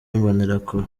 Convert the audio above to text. imbonerakure